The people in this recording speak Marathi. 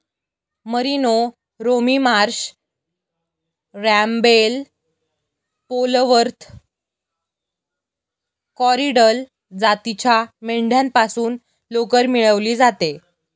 merino, Romney Marsh, Rambouillet, Polwarth, Corriedale जातीच्या मेंढ्यांपासून लोकर मिळवली जाते